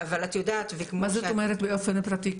--- מה זאת אומרת באופן פרטי,